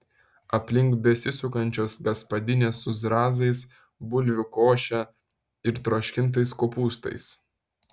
aplink besisukančios gaspadinės su zrazais bulvių koše ir troškintais kopūstais